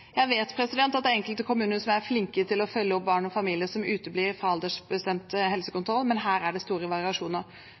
Jeg vet at det er enkelte kommuner som er flinke til å følge opp barn og familier som uteblir fra aldersbestemt helsekontroll, men her er det store variasjoner.